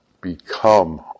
become